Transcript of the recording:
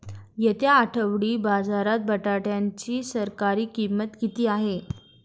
येत्या आठवडी बाजारात बटाट्याची सरासरी किंमत किती आहे?